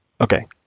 Okay